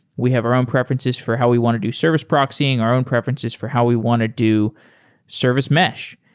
we have our own preferences for how we want to do service proxying. our own preferences for how we want to do service mesh.